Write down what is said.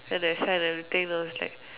and then I sign on the thing I was like